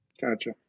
Gotcha